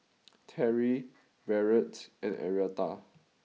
Teri Barrett and Arietta